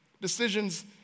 decisions